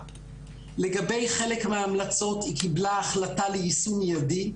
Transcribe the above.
לגבי חלק מההמלצות, היא קיבלה החלטה ליישום מיידי.